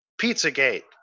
Pizzagate